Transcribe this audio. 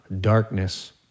darkness